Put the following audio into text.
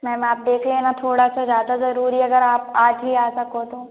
ma'am आप देखिए ना थोड़ा सा ज़्यादा ज़रूरी है अगर आप आज ही आ सको तो